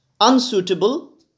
unsuitable